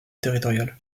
territoriale